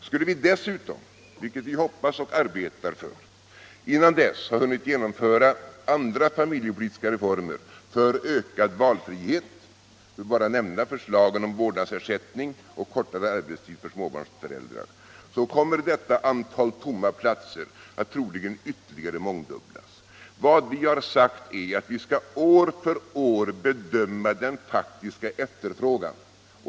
Skulle vi dessutom, vilket vi hoppas och arbetar för, före 1985 ha hunnit genomföra andra familjepolitiska reformer för ökad valfrihet — jag vill bara nämna förslagen om vårdnadsersättning och kortare arbetstid för småbarnsföräldrar — kommer detta antal tomma platser troligen att ytterligare mångdubblas. Vad vi har sagt är att vi år för år skall bedöma den faktiska efterfrågan.